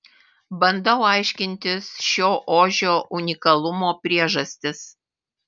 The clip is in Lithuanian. bandau aiškintis šio ožio unikalumo priežastis